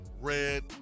red